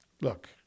look